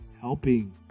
helping